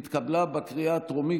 התקבלה בקריאה הטרומית.